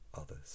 others